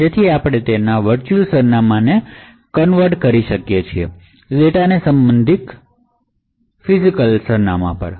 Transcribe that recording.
અને આપણે તેના વર્ચુઅલ સરનામાંને કન્વર્ટ કરીયે તે ડેટાને સંબંધિત ફિજિકલસરનામાં પર